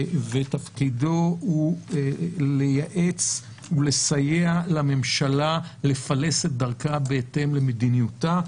ותפקידו הוא לייעץ ולסייע לממשלה לפלס את דרכה בהתאם למדיניותה.